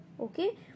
okay